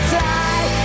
die